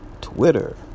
Twitter